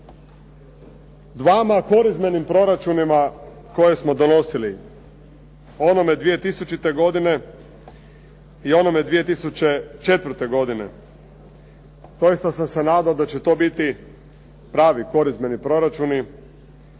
dvama korizmenim proračunima koje smo donosili, onome 2000. godine i onome 2004. godine. Doista sam se nadao da će to biti pravi korizmeni proračuni,